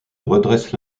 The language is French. redresse